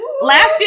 last